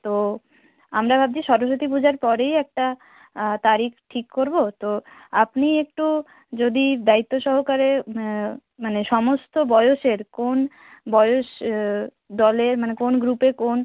তো আমরা ভাবছি সরস্বতী পূজার পরেই একটা তারিখ ঠিক করবো তো আপনি একটু যদি দায়িত্ব সহকারে মানে সমস্ত বয়সের কোন বয়স দলে মানে কোন গ্রুপে কোন